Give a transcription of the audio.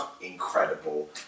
incredible